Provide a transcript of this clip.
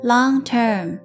Long-term